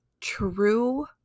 true